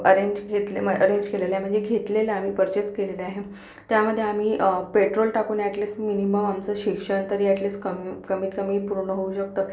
arrange घेतली म arrange केलेली आहे म्हणजे घेतलेलं आम्ही परचेस केलेलं आहे त्यामध्ये आम्ही पेट्रोल टाकून ॲट लीस्ट मिनिमम आमचं शिक्षण तरी ॲट लीस्ट कमीत कमी पूर्ण होऊ शकतं